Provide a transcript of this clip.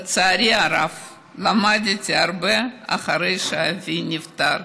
לצערי הרב למדתי את זה הרבה אחרי שאבי נפטר.